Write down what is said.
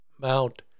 mount